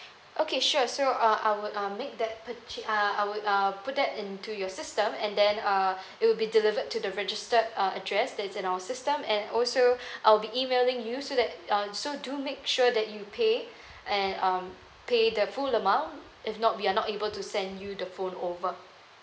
okay sure so uh I would uh make that purchase uh I would uh put that into your system and then uh it will be delivered to the registered uh address that is in our system and also I'll be emailing you so that uh so do make sure that you pay and um pay the full amount if not we are not able to send you the phone over